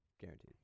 Guaranteed